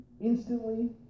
instantly